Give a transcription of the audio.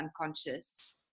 unconscious